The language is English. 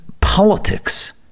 politics